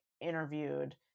interviewed